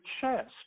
chest